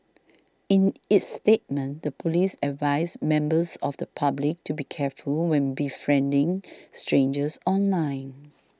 in its statement the police advised members of the public to be careful when befriending strangers online